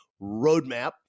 roadmap